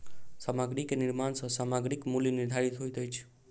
सामग्री के निर्माण सॅ सामग्रीक मूल्य निर्धारित होइत अछि